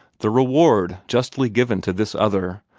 the reward justly given to this other,